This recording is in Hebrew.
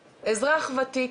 אז בסדר,